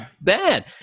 bad